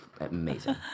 amazing